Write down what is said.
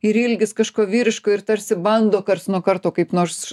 ir ilgis kažko vyriško ir tarsi bando karts nuo karto kaip nors